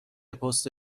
پست